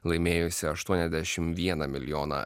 laimėjusį aštuoniasdešimt vieną milijoną